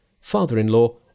father-in-law